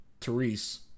Therese